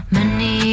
Money